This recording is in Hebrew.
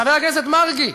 חבר הכנסת מרגי,